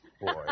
Boy